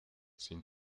sin